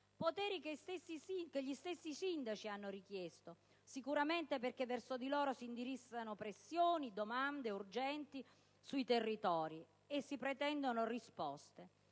poteri che gli stessi sindaci hanno richiesto, sicuramente perché verso di loro si indirizzano pressioni e domande urgenti sui territori e si pretendono risposte.